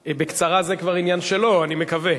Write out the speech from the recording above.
בקצרה, זה כבר עניין שלו, אני מקווה.